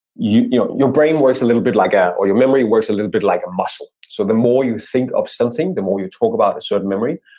your your brain works a little bit like a, or your memory works a little bit like a muscle. so the more you think of something, the more you talk about a certain memory,